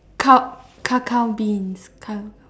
ca~ cacao beans cacao beans